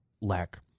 lack